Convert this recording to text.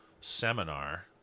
seminar